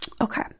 okay